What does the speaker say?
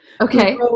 Okay